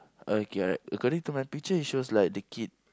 okay alright according to my picture it shows like the kid